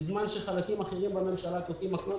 בזמן שחלקים אחרים בממשלה תוקעים מקלות